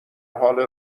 حال